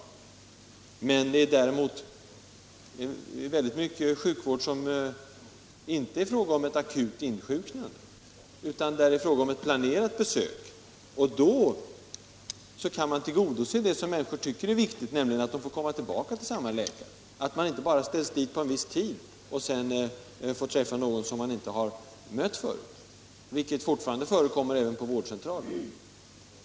Däremot är det, när det gäller en väldigt stor del av sjukvården, inte fråga om ett akut insjuknande utan om ett planerat besök. Då kan man tilldogose det som människor tycker är viktigt, nämligen att de får komma till samma läkare. Människor får inte bara kallas in en viss tid, för att tas om hand av någon som de inte mött förut, vilket fortfarande förekommer även på vårdcentraler.